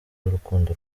urukundo